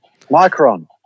micron